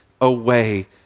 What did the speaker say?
away